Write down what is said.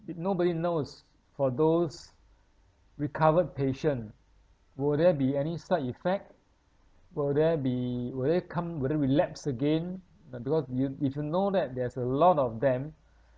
it nobody knows for those recovered patient will there be any side effect will there be will they come will they relapse again uh because you if you know that there is a lot of them